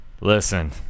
Listen